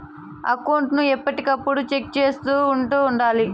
account ను ఎప్పటికప్పుడు check చేసుకుంటూ ఉండాలి